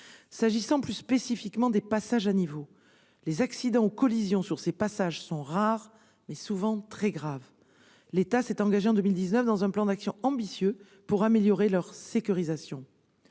S'agissant plus spécifiquement des passages à niveau, les accidents ou collisions sur ces passages sont rares, mais souvent très graves. L'État s'est engagé en 2019 dans un plan d'action ambitieux pour améliorer leur sécurisation.